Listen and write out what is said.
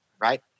right